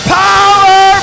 power